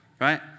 right